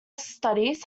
studies